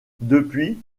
depuis